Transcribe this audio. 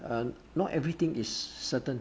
uh not everything is certain